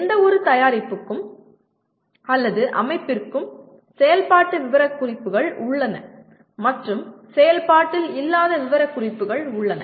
எந்தவொரு தயாரிப்புக்கும் அல்லது அமைப்பிற்கும் செயல்பாட்டு விவரக்குறிப்புகள் உள்ளன மற்றும் செயல்பாட்டில் இல்லாத விவரக்குறிப்புகள் உள்ளன